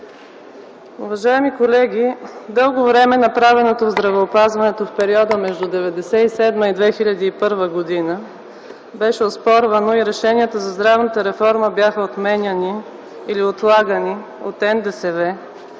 Уважаеми колеги, дълго време направеното в здравеопазването в периода 1997-2001 г. беше оспорвано и решенията за здравната реформа бяха отменяни или отлагани от НДСВ,